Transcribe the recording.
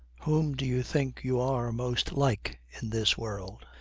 whom do you think you are most like in this world?